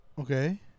Okay